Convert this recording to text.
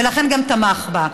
ולכן גם תמך בה.